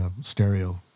stereo